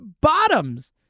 bottoms